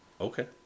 Okay